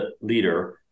leader